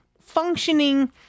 functioning